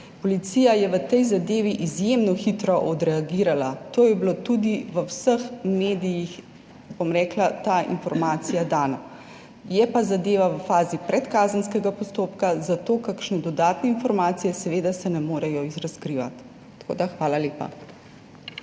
policija je v tej zadevi izjemno hitro odreagirala, to je bilo tudi v vseh medijih, bom rekla, ta informacija dana. Je pa zadeva v fazi predkazenskega postopka, zato kakšne dodatne informacije seveda se ne morejo razkrivati. Tako da hvala lepa.